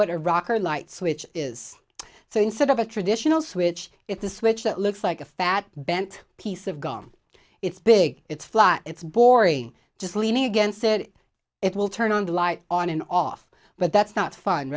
what a rock or light switch is so instead of a traditional switch it the switch that looks like a fat bent piece of gum it's big it's fly it's boring just leaning against it it will turn on the light on and off but that's not fun